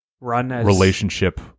relationship